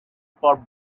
per